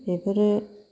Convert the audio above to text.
बेफोरो